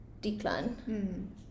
decline